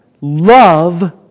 love